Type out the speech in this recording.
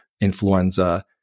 influenza